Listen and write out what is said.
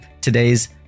Today's